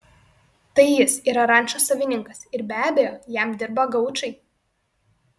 tai jis yra rančos savininkas ir be abejo jam dirba gaučai